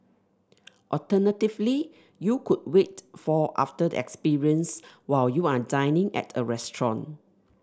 alternatively you could wait for after the experience while you are dining at a restaurant